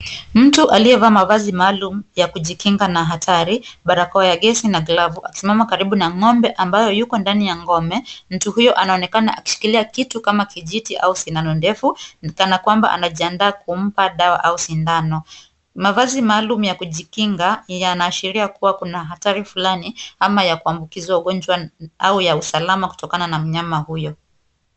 Mtu akiyevaa mavazi maalum ya kujikinga na hatari, barakoa ya gesi na glavu, akisimama karibu na ng'ombe yuko ndani ya ngome. Mtu huyo anaonekana akishikilia kitu kama kijiti au sindano ndefu kana kwamba anajiandaa kumpa dawa au sindano .Mavazi maalum ya kujikinga yanaashiria kuwa kuna hatari fulani ama ya kuambukiza ugonjwa au ya usalama kutokana na mnyama huyo.